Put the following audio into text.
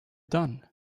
done